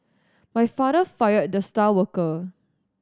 my father fired the star worker